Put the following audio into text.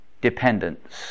dependence